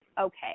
okay